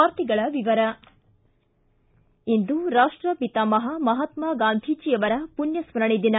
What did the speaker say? ವಾರ್ತೆಗಳ ವಿವರ ಇಂದು ರಾಷ್ಟ ಪಿತಾಮಹ ಮಹಾತ್ಮಾ ಗಾಂಧಿಜಿ ಅವರ ಪುಣ್ಯ ಸ್ಥರಣೆ ದಿನ